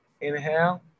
inhale